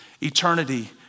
eternity